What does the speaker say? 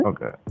Okay